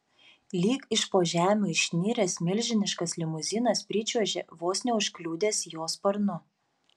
lyg iš po žemių išniręs milžiniškas limuzinas pričiuožė vos neužkliudęs jo sparnu